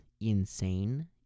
insane